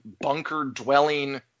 bunker-dwelling